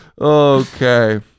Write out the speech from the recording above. Okay